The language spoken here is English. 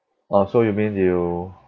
orh so you mean you